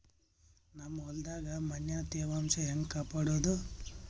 ನಮ್ ಹೊಲದಾಗ ಮಣ್ಣಿನ ತ್ಯಾವಾಂಶ ಹೆಂಗ ಕಾಪಾಡೋದು?